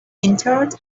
entered